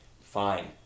fine